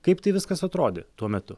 kaip tai viskas atrodė tuo metu